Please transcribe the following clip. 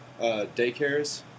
daycares